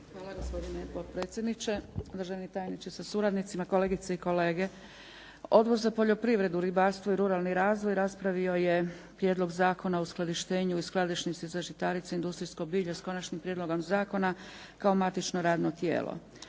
Poštovani potpredsjedniče, državni tajniče sa suradnicima, kolegice i kolege. Odbor za poljoprivredu, ribarstvo i ruralni razvoj raspravio je Prijedlog zakona o uskladištenju i skladišnici za žitarice, industrijsko bilje sa Konačnim prijedlogom zakona kao matično radno tijelo.